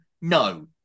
no